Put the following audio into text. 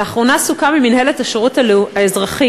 לאחרונה סוכם עם מינהלת השירות האזרחי